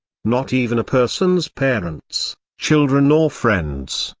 not even a person's parents, children or friends,